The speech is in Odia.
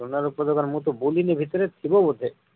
ସୁନା ରୂପା ଦୋକାନ ମୁଁ ତ ବୁଲିନି ଭିତରେ ଥିବ ବୋଧେ